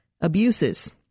abuses